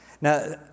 Now